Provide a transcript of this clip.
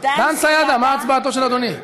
מה הצבעתו של אדוני?